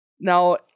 Now